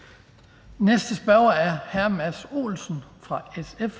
Olsen fra SF. Kl. 16:25 Mads Olsen (SF):